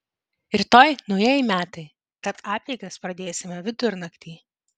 rytoj naujieji metai tad apeigas pradėsime vidurnaktį